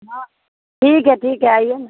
हाँ ठीक है ठीक है आइए न